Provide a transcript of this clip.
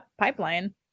pipeline